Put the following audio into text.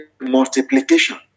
multiplication